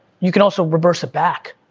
you can also reverse it back.